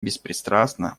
беспристрастно